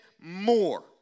more